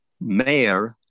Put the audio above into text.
Mayor